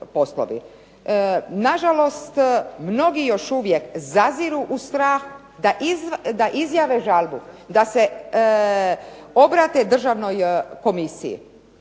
Nažalost, mnogi još uvijek zaziru uz strah da izjave žalbu, da se obrate državnoj komisiji